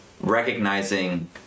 recognizing